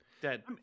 dead